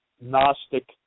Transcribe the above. gnostic